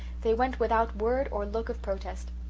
they went without word or look of protest.